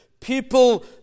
People